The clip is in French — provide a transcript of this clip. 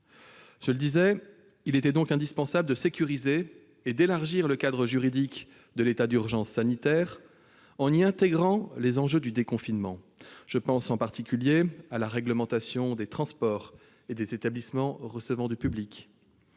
de le dire, il est indispensable de sécuriser et d'élargir le cadre juridique de l'état d'urgence sanitaire afin d'y intégrer les enjeux du déconfinement. Je pense en particulier à la réglementation dans les transports ou les établissements recevant du public.